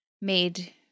made